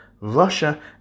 Russia